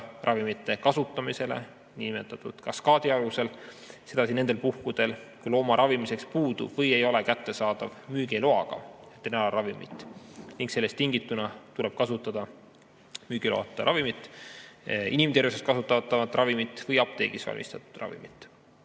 ravimite kasutamisele niinimetatud kaskaadi alusel. Seda siis nendel puhkudel, kui looma ravimiseks puudub või ei ole kättesaadav müügiloaga veterinaarravim ning sellest tingituna tuleb kasutada müügiloata ravimit, inimtervishoius kasutatavat ravimit või apteegis valmistatud ravimit.